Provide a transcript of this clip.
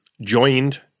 joined